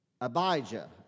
Abijah